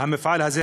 המפעל הזה,